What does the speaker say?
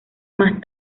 más